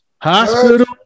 hospital